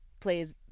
plays